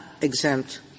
exempt